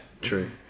true